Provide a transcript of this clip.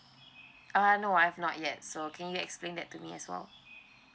uh no I've not yet so can you explain that to me as well